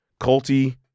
Colty